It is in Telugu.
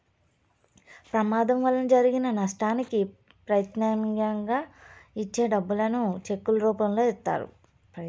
ప్రమాదం వలన జరిగిన నష్టానికి ప్రత్యామ్నాయంగా ఇచ్చే డబ్బులను చెక్కుల రూపంలో ఇత్తారు